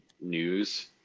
news